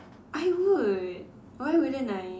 I would why wouldn't I